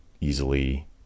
easily